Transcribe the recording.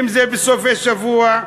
אם בסופי שבוע,